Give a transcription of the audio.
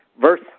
verse